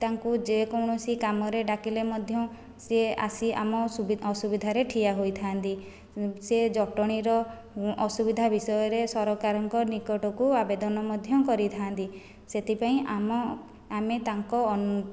ତାଙ୍କୁ ଯେକୌଣସି କାମରେ ଡାକିଲେ ମଧ୍ୟ ସେ ଆସି ଆମ ସୁବି ଅସୁବିଧାରେ ଆସିକି ଠିଆ ହୋଇଥାନ୍ତି ସେ ଜଟଣୀର ଅସୁବିଧା ବିଷୟରେ ସରକାରଙ୍କ ନିକଟକୁ ଆବେଦନ ମଧ୍ୟ କରିଥାନ୍ତି ସେଥିପାଇଁ ଆମ ଆମେ ତାଙ୍କ